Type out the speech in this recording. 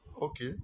Okay